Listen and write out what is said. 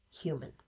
human